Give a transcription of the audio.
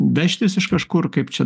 vežtis iš kažkur kaip čia